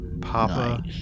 Papa